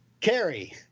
Carrie